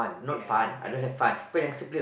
ya correct correct